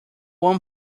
one